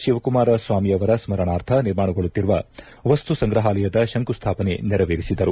ಶಿವಕುಮಾರ ಸ್ವಾಮಿಯವರ ಸ್ನರಣಾರ್ಥ ನಿರ್ಮಾಣಗೊಳ್ನುತ್ತಿರುವ ವಸ್ತು ಸಂಗ್ರಹಾಲಯದ ಶಂಕುಸ್ಲಾಪನೆ ನೆರವೇರಿಸಿದರು